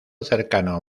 cercano